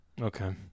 Okay